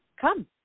come